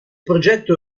progetto